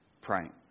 praying